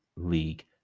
League